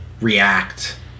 react